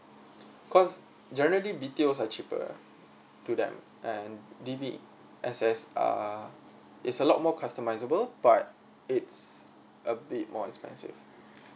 cause generally are cheaper to them and D_B as as are it's a lot more customizable but it's a bit more expensive